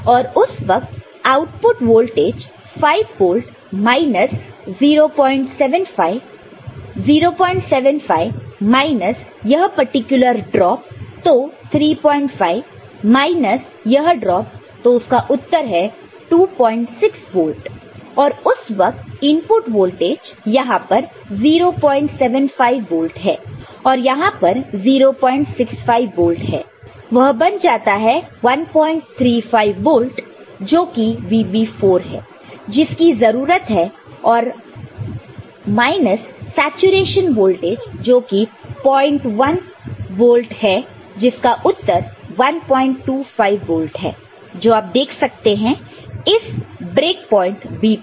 और उस वक्त output voltage 5 volt minus 075 075 minus यह पर्टिकुलर ड्रॉप तो 35 माइनस यह ड्रॉप तो उसका उत्तर है 26 वोल्ट और उस वक्त इनपुट वोल्टेज यहां पर 07 वोल्ट है और यहां पर 065 वोल्ट है वह बन जाता है 135 वोल्ट जो कि VB4 है जिसकी जरूरत है और माइनस सैचुरेशन वोल्टेज जो कि 01 वोल्ट है जिसका उत्तर 125 वोल्ट है जो आप देख सकते हैं इस ब्रेक पॉइंट B पर